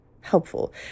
helpful